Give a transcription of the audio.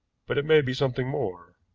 but it may be something more.